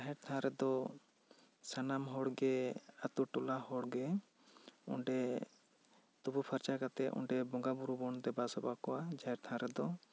ᱡᱟᱦᱮᱨ ᱛᱷᱟᱱ ᱨᱮ ᱫᱚ ᱥᱟᱱᱟᱢ ᱦᱚᱲ ᱜᱮ ᱟᱛᱳ ᱴᱚᱞᱟ ᱦᱚᱲ ᱜᱮ ᱚᱸᱰᱮ ᱛᱩᱯᱩ ᱯᱷᱟᱨᱪᱟ ᱠᱟᱛᱮᱜ ᱚᱸᱰᱮ ᱵᱚᱸᱜᱟ ᱵᱳᱨᱳ ᱵᱚᱱ ᱫᱮᱵᱟ ᱥᱮᱵᱟ ᱠᱚᱣᱟ ᱡᱟᱦᱮᱨ ᱛᱷᱟᱱ ᱨᱮ ᱫᱚ